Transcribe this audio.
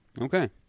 Okay